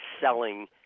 selling